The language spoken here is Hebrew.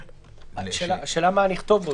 השאלה היא מה לכתוב.